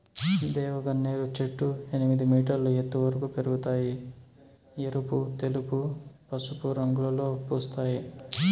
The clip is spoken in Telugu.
దేవగన్నేరు చెట్లు ఎనిమిది మీటర్ల ఎత్తు వరకు పెరగుతాయి, ఎరుపు, తెలుపు, పసుపు రంగులలో పూస్తాయి